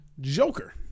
Joker